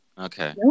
Okay